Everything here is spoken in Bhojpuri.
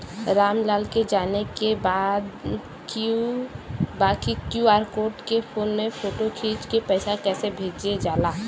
राम लाल के जाने के बा की क्यू.आर कोड के फोन में फोटो खींच के पैसा कैसे भेजे जाला?